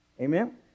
Amen